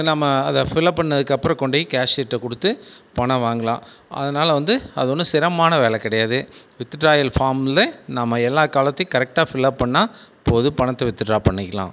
நம்ம அதை fill up பண்ணதுக்கப்பறம் கொண்டு போய் கேஷியர்கிட்ட கொடுத்து பணம் வாங்கலாம் அதனால் வந்து அது ஒன்றும் சிரமமான வேலை கிடையாது வித்ட்ராயல் ஃபார்மில் நம்ம எல்லா காலத்தையும் கரக்டாக ஃபில் அப் பண்ணால் போதும் பணத்தை வித்துட்ரா பண்ணிக்கலாம்